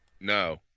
No